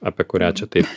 apie kurią čia taip